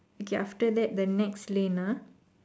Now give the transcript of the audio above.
okay after that the next lane ah